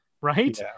right